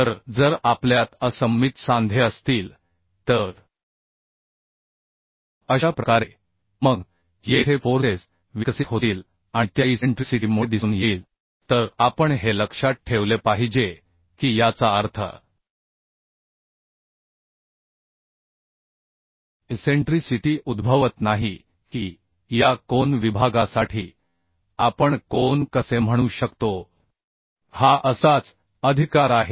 तर जर आपल्यात असममित सांधे असतील तर अशा प्रकारे मग येथे फोर्सेस विकसित होतील आणि त्या इसेंट्रीसिटी मुळे दिसून येईल तर आपण हे लक्षात ठेवले पाहिजे की याचा अर्थ इसेंट्रीसिटी उद्भवत नाही की या कोन विभागासाठी आपण कोन कसे म्हणू शकतो हा असाच अधिकार आहे